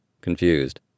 confused